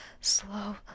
slow